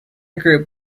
group